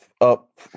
up